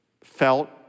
felt